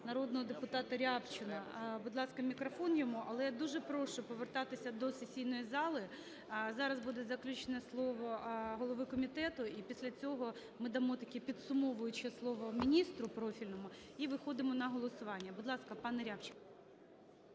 народного депутата Рябчина. Будь ласка, мікрофон йому. Але я дуже прошу повертатися до сесійної зали, зараз буде заключне слово голови комітету, і після цього ми дамо таке підсумовуюче слово міністру профільному і виходимо на голосування. Будь ласка, пане Рябчин.